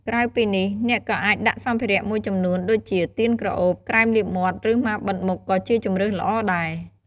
ក្រៅពីនេះ អ្នកក៏អាចដាក់សម្ភារៈមួយចំនួន ដូចជា ទៀនក្រអូប ក្រែមលាបមាត់ ឬ ម៉ាស់បិទមុខក៏ជាជម្រើសល្អដែរ។